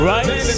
Right